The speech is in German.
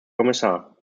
kommissar